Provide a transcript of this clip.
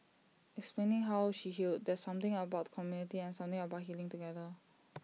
explaining how she healed there's something about community and something about healing together